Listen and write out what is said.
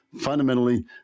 Fundamentally